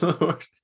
Lord